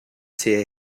tear